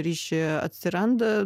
ryšiai atsiranda